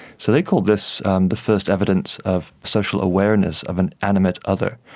so they call this um the first evidence of social awareness of an animate other.